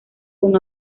con